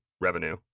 revenue